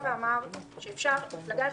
מתן ההלוואה ועד תום שלוש שנים" יבוא "לכל